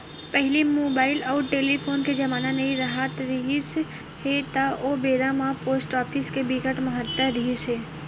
पहिली मुबाइल अउ टेलीफोन के जमाना नइ राहत रिहिस हे ता ओ बेरा म पोस्ट ऑफिस के बिकट महत्ता रिहिस हे